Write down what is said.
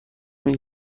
این